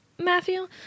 Matthew